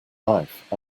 life